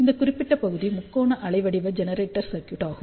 இந்த குறிப்பிட்ட பகுதி முக்கோண அலைவடிவ ஜெனரேட்டர் சர்க்யூட் ஆகும்